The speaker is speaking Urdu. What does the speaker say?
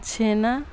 چھینا